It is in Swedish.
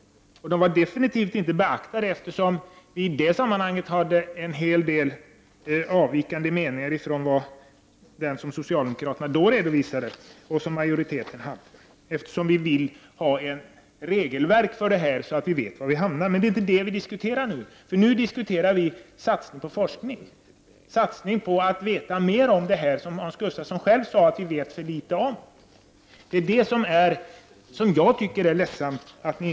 De var definitivt inte beaktade, eftersom vi i det sammanhanget hade en hel del avvikande meningar jämfört med dem som socialdemokraterna då redovisade och majoriteten hade. Vi vill nämligen ha ett regelverk för detta, så att vi vet var vi hamnar. Men det är inte detta som vi diskuterar nu. Nu diskuterar vi satsning på forskningen — satsning på att veta mera om det som Hans Gustafsson sade att vi vet för litet om. Jag tycker att det är ledsamt att ni inte har tagit upp det.